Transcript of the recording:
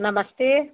नमस्ते